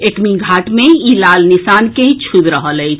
एकमीघाट मे ई लाल निशान के छूबि रहल अछि